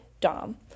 dom